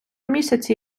місяці